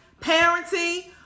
parenting